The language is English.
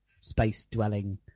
space-dwelling